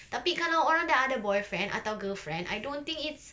tapi kalau orang dah ada boyfriend atau girlfriend I don't think it's